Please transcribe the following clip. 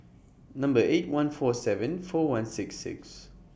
Number eight one four seven four one six six